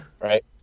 Right